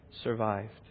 survived